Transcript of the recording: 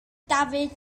dafydd